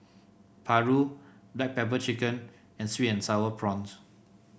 paru Black Pepper Chicken and sweet and sour prawns